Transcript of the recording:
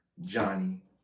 Johnny